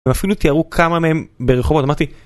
ואפילו תיארו כמה מהם ברחובות, אמרתי